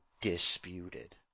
disputed